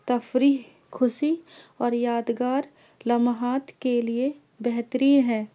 تفریح خوشی اور یادگار لمحات کے لیے بہترین ہے